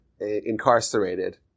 incarcerated